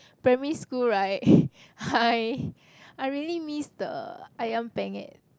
primary school right I I really miss the Ayam-Penyet